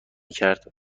کرد